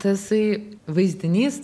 tasai vaizdinys